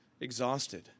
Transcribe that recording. exhausted